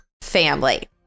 family